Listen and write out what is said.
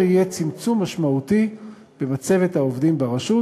יהיה צמצום משמעותי במצבת העובדים ברשות,